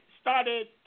started